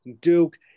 Duke